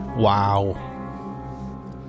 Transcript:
Wow